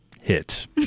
hit